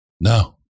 no